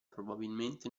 probabilmente